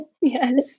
Yes